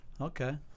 Okay